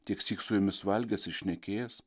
tiek syk su jumis valgęs ir šnekėjęs